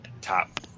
top